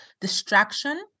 distraction